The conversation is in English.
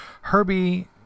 Herbie